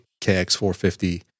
KX450